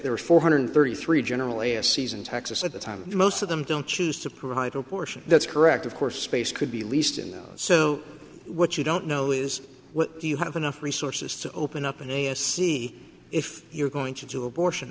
there are four hundred thirty three generally a season texas at the time most of them don't choose to provide a portion that's correct of course space could be leased and so what you don't know is what do you have enough resources to open up in a s c if you're going to do abortion